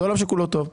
זה עולם שכולו טוב.